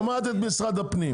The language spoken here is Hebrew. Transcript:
את שומעת את משרד הפנים,